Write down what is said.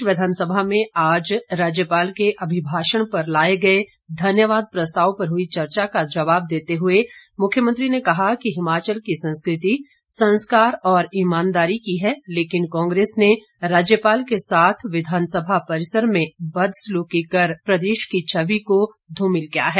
प्रदेश विधानसभा में आज राज्यपाल के अभिभाषण पर लाए गए धन्यवाद प्रस्ताव पर हुई चर्चा का जवाब देते हुए मुख्यमंत्री ने कहा कि हिमाचल की संस्कृति संस्कार और ईमानदारी की है लेकिन कांग्रेस ने राज्यपाल के साथ विधानसभा परिसर में बदसलूकी कर प्रदेश की छवि को धूमिल किया है